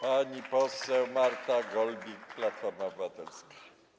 Pani poseł Marta Golbik, Platforma Obywatelska.